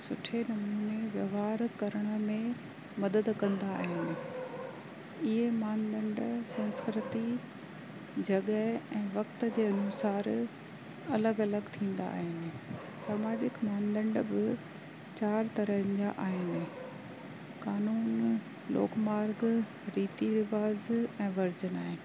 सुठे नमुने वहिंवार करण में मदद कंदा आहिनि इहे मानदंड संस्कृती जॻह ऐं वक़्त जे अनुसार अलॻि अलॻि थींदा आहिनि सामाजिक मानदंड ब चारि तरहनि जा आहिनि कानून लोकमार्ग रीती रवाज़ ऐं वर्जनाई